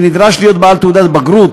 שנדרש להיות בעל תעודת בגרות.